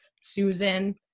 Susan